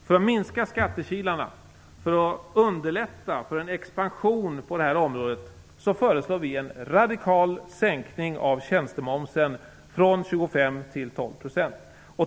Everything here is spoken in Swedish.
För att minska skattekilarna och underlätta för en expansion på det här området föreslår vi en radikal sänkning av tjänstemomsen från 25 till 12 %.